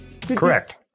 Correct